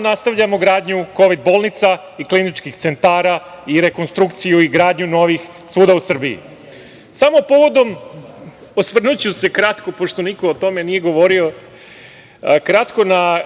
nastavljamo gradnju kovid bolnica i kliničkih centara i rekonstrukciju i gradnju novih svuda u Srbiji. Osvrnuću se kratko pošto niko o tome nije govorio na